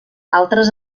altres